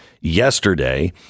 yesterday